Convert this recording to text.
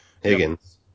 Higgins